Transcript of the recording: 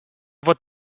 votre